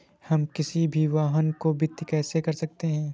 हम किसी भी वाहन को वित्त कैसे कर सकते हैं?